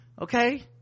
okay